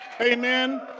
Amen